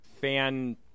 fan-